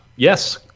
Yes